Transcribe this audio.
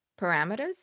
Parameters